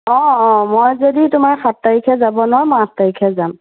অঁ অঁ মই যদি তোমাৰ সাত তাৰিখে যাব নোৱাৰোঁ মই আঠ তাৰিখে যাম